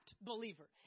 believer